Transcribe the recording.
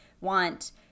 want